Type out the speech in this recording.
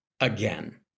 again